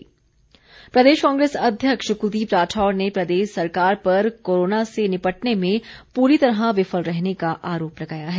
राढौर प्रदेश कांग्रेस अध्यक्ष कुलदीप राठौर ने प्रदेश सरकार पर कोरोना से निपटने में पूरी तरह विफल रहने का आरोप लगाया है